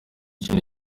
kintu